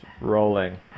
rolling